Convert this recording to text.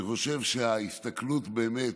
אני חושב שההסתכלות באמת,